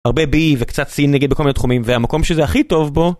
הרבה בי וקצת סי נגד בכל מיני תחומים והמקום שזה הכי טוב בו